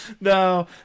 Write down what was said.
No